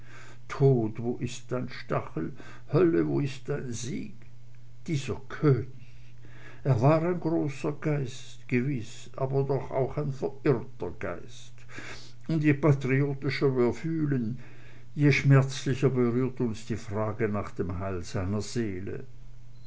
tod wo ist dein stachel hölle wo ist dein sieg dieser könig er war ein großer geist gewiß aber doch auch ein verirrter geist und je patriotischer wir fühlen je schmerzlicher berührt uns die frage nach dem heil seiner seele